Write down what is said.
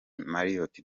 marriot